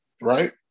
right